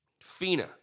FINA